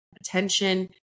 attention